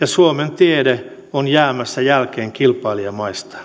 ja suomen tiede on jäämässä jälkeen kilpailijamaista